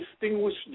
distinguished